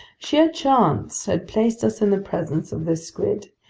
sheer chance had placed us in the presence of this squid,